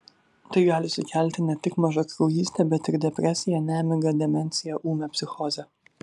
tai gali sukelti ne tik mažakraujystę bet ir depresiją nemigą demenciją ūmią psichozę